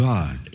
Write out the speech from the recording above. God